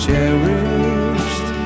Cherished